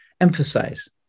emphasize